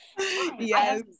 yes